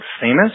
famous